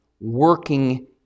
working